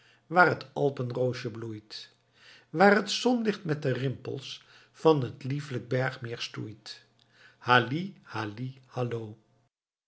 waar t alpenroosje bloeit waar t zonlicht met de rimpels van t lieflijk bergmeer stoeit halli halli hallo